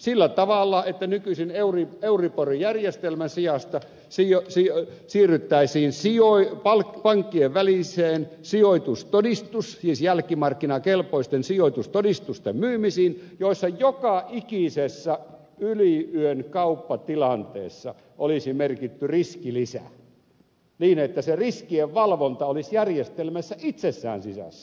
sillä tavalla että nykyisen euribor järjestelmän sijasta siirryttäisiin pankkienväliseen jälkimarkkinakelpoisten sijoitustodistusten myymiseen jossa joka ikisessä yliyön kauppatilanteessa olisi merkitty riskilisä niin että se riskien valvonta olisi järjestelmässä itsessään sisässä